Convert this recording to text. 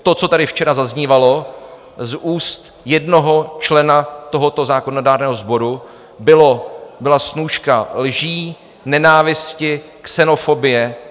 To, co tady včera zaznívalo z úst jednoho člena tohoto zákonodárného sboru, byla snůška lží, nenávisti, xenofobie.